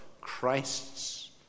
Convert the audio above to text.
Christ's